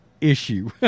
issue